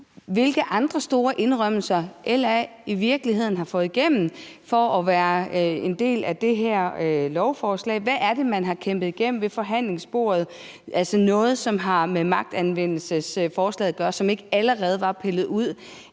hvilke andre store indrømmelser LA i virkeligheden har fået igennem for at være en del af det her lovforslag, altså hvad det er, man har kæmpet igennem og forhandlet ind ved forhandlingsbordet, som har med magtanvendelsesforslaget at gøre, som ikke allerede var pillet ud,